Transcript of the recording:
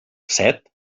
set